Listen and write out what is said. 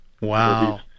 Wow